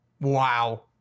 Wow